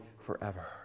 forever